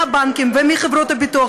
מהבנקים ומחברות הביטוח,